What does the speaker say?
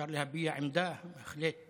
אפשר להביע עמדה בהחלט